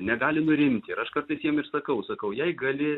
negali nurimti ir aš kartais jiem ir sakau sakau jei gali